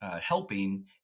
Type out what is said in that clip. helping